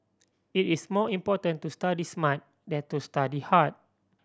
it is more important to study smart than to study hard